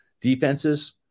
defenses –